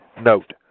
Note